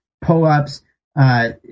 pull-ups